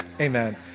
Amen